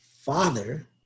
father